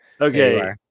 Okay